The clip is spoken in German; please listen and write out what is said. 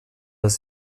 das